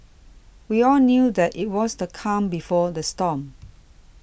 we all knew that it was the calm before the storm